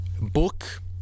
book